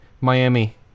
miami